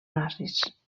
nazis